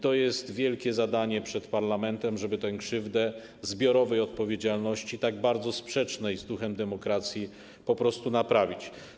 To jest wielkie zadanie przed parlamentem, żeby tę krzywdę zbiorowej odpowiedzialności, tak bardzo sprzecznej z duchem demokracji, po prostu naprawić.